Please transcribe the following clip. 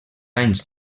anys